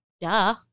duh